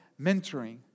mentoring